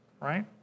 right